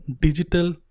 digital